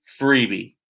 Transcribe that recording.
freebie